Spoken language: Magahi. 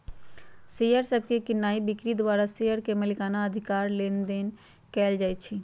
शेयर सभके कीनाइ बिक्री द्वारा शेयर के मलिकना अधिकार बदलैंन कएल जाइ छइ